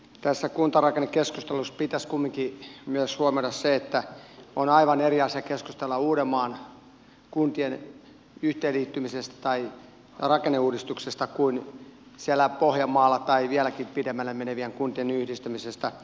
tässä kuntarakennekeskustelussa pitäisi kumminkin myös huomioida se että on aivan eri asia keskustella uudenmaan kuntien yhteenliittymisestä tai rakenneuudistuksesta kuin siellä pohjanmaalla tai vieläkin pidemmälle menevien kuntien yhdistämisestä